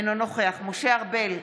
אינו נוכח משה ארבל,